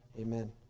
Amen